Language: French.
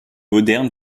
moderne